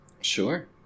Sure